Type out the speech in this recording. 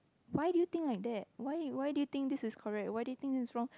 why do you think like that why why do you think this is correct why do you think this is wrong